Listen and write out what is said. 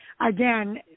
again